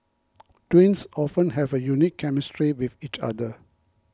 twins often have a unique chemistry with each other